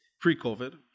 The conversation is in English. pre-covid